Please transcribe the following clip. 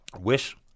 wish